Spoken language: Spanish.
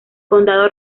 condado